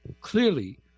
Clearly